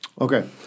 Okay